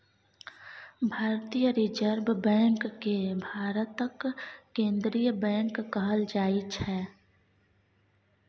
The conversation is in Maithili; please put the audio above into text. भारतीय रिजर्ब बैंक केँ भारतक केंद्रीय बैंक कहल जाइ छै